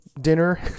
dinner